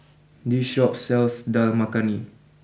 this Shop sells Dal Makhani